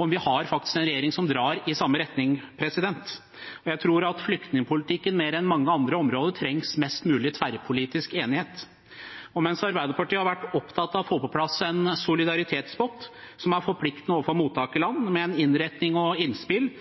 om vi faktisk har en regjering som drar i samme retning. Jeg tror at det i flyktningpolitikken mer enn mange på andre områder trengs mest mulig tverrpolitisk enighet. Mens Arbeiderpartiet har vært opptatt av å få på plass en solidaritetspott som er forpliktende overfor mottakerland, med en innretning og med innspill